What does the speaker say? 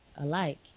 alike